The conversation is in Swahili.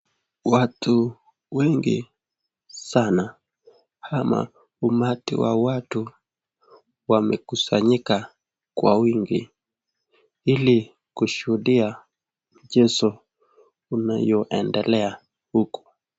Watu wengi sana ama umati wa watu wamekusanyika kwa wingi ili kushuhudia mchezo unayoendelea huku.